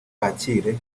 bakire